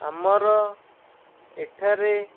ଆମର ଏଠାରେ